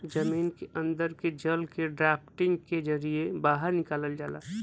जमीन के अन्दर के जल के ड्राफ्टिंग के जरिये बाहर निकाल जाला